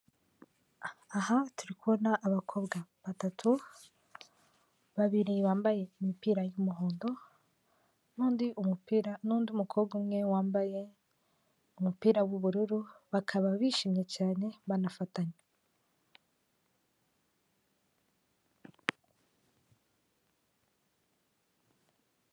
Aha turi kubona abakobwa batatu, babiri bambaye imipira y'umuhondo, n'undi mukobwa umwe wambaye umupira w'ubururu bakaba bishimye cyane banafatanye.